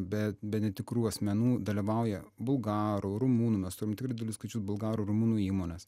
be be netikrų asmenų dalyvauja bulgarų rumunų mes turim tikrai didelius skaičius bulgarų rumunų įmones